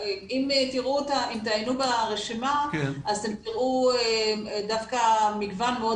אם תעיינו ברשימה תראו דווקא מגוון מאוד